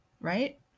right